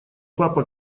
папа